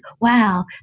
wow